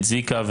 צביקה,